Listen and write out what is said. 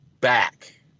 back